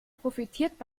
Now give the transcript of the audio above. profitiert